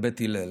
כבית הלל.